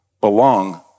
belong